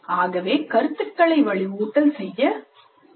ஆகவே கருத்துக்களை வலுவூட்டல் செய்ய முடியும்